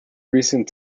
recent